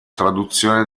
traduzione